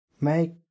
Make